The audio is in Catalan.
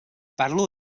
parlo